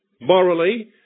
morally